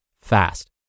fast